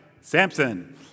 Samson